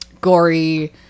gory